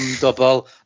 double